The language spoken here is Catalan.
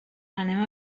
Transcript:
anem